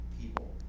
people